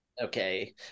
Okay